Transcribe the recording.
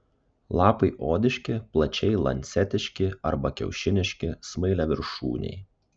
lapai odiški plačiai lancetiški arba kiaušiniški smailiaviršūniai